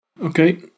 Okay